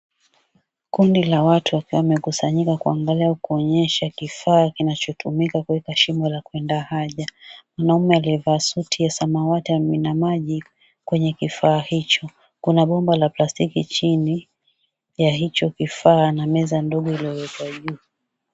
Kundi la watu wakiwa wamekusanyika kuangalia kuonyesha kifaa kinachotumika kuweka shimo la kwenda haja. Mwanaume aliyevaa suti ya samawati amimina maji kwenye kifaa hicho. Kuna bomba la plastiki chini ya hicho kifaa na meza ndogo iliyowekwa juu.